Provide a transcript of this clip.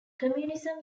communism